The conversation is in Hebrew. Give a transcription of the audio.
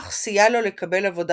האח סייע לו לקבל עבודה